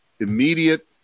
Immediate